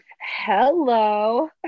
Hello